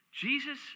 Jesus